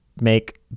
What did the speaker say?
make